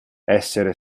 essere